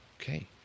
okay